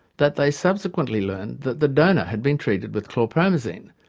that they subsequently learned that the donor had been treated with chlorpromazine,